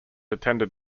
attended